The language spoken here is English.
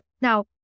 Now